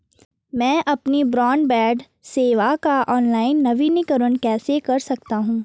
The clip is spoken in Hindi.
मैं अपनी ब्रॉडबैंड सेवा का ऑनलाइन नवीनीकरण कैसे कर सकता हूं?